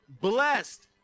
blessed